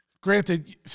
Granted